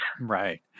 Right